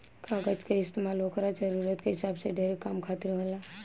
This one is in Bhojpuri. कागज के इस्तमाल ओकरा जरूरत के हिसाब से ढेरे काम खातिर होला